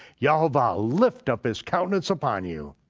yehovah lift up his countenance upon you,